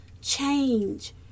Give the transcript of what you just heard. change